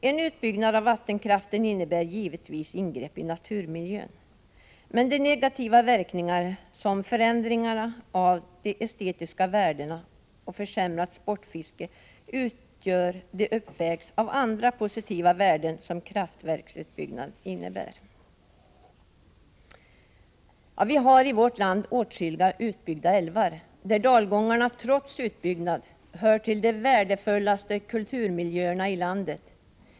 En utbyggnad av vattenkraften innebär givetvis ingrepp i naturmiljön, men de negativa verkningar som förändringar av de estetiska värdena och försämrat sportfiske utgör uppvägs av andra positiva värden som kraftverksutbyggnaden innebär. Vi har i vårt land åtskilliga utbyggda älvar, där dalgångarna trots utbyggnaden hör till de värdefullaste kulturmiljöerna i landet.